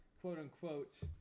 quote-unquote